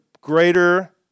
greater